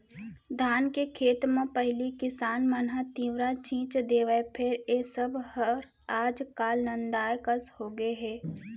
धान के खेत म पहिली किसान मन ह तिंवरा छींच देवय फेर ए सब हर आज काल नंदाए कस होगे हे